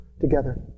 together